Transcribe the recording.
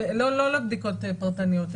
לא לבדיקות הפרטניות,